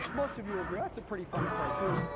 most of you will agree that's a pretty funny cartoon.